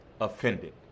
offended